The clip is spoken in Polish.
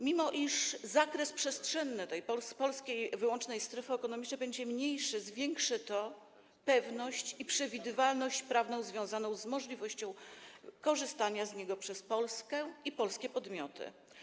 Mimo iż zakres przestrzenny tej polskiej wyłącznej strefy ekonomicznej będzie mniejszy, zwiększy to pewność i przewidywalność prawną związaną z możliwością korzystania z niego przez Polskę i polskie podmioty.